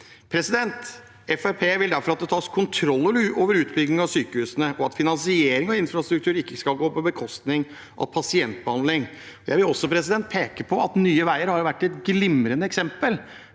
Fremskrittspartiet vil derfor at det tas kontroll over utbygging av sykehusene, og at finansiering av infrastruktur ikke skal gå på bekostning av pasientbehandling. Jeg vil også peke på at Nye veier har vært et glimrende eksempel